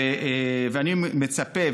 אני מצפה,